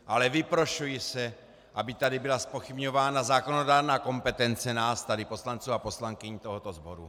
Ale vyprošuji si, aby tady byla zpochybňována zákonodárná kompetence nás tady poslanců a poslankyň tohoto sboru.